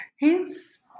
Hence